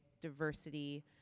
diversity